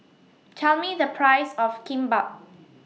Tell Me The Price of Kimbap